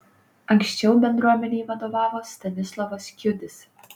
anksčiau bendruomenei vadovavo stanislovas kiudis